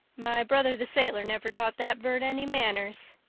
my brother the sailor never taught that bird any manners.